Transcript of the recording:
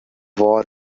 war